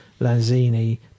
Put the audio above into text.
Lanzini